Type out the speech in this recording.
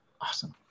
Awesome